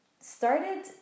started